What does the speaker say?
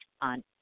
on